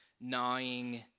gnawing